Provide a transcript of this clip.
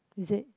is it